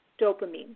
dopamine